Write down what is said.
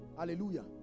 hallelujah